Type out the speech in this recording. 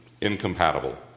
incompatible